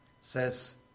says